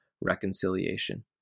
reconciliation